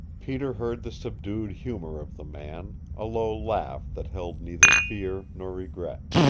peter heard the subdued humor of the man, a low laugh that held neither fear nor regret.